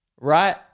right